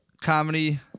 comedy